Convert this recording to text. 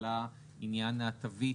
עלה עניין התווית,